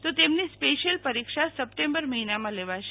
તો તેમની સ્પેશિયલ પરીક્ષા સપ્ટેમ્બર મહિનામાં લેવાશે